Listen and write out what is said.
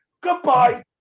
Goodbye